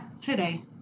today